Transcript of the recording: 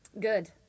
Good